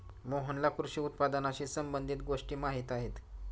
मोहनला कृषी उत्पादनाशी संबंधित गोष्टी माहीत आहेत